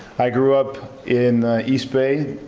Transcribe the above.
i grew up in the east bay,